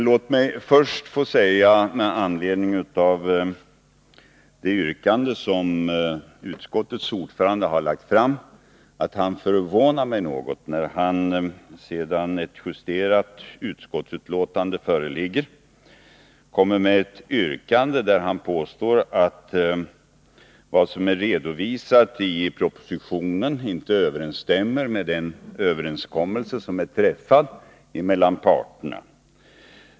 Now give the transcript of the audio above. Låt mig först, med anledning av det särskilda yrkande som utskottets ordförande har lagt fram, få säga att han något förvånar mig genom att, efter det att ett justerat utskottsbetänkande föreligger, komma med ett yrkande där han påstår att vad som är redovisat i propositionen och godtagits av utskottet inte överensstämmer med den överenskommelse som har träffats mellan parterna.